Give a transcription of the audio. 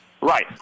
right